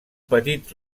petit